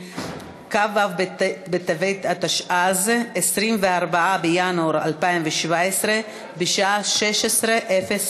ומועברת לוועדת הפנים והגנת הסביבה להכנה לקריאה שנייה ושלישית.